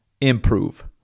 improve